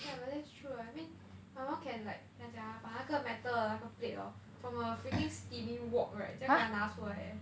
yeah but that's true ah I mean my mum can like 怎样讲啊把那个 metal 的那个 plate hor from a freaking steaming wok right 这样敢拿出来